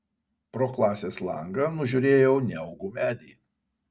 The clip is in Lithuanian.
pro klasės langą nužiūrėjau neaugų medį